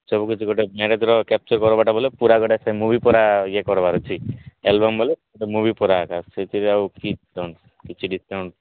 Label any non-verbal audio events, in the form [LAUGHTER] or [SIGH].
ସବୁକିଛି ଗୋଟେ ମ୍ୟାରେଜର କ୍ୟାପଚର କରିବା ବୋଲେ ପୁରା ଗୋଟେ ସେ ମୁଭି ପୁରା ଇଏ କରବାର ଅଛି ଆଲବମ ବୋଲେ ଗୋଟେ ମୁଭି ପୁରା ଏକା ସେଇଥିରେ ଆଉ [UNINTELLIGIBLE] କିଛି ଡିସକାଉଣ୍ଟ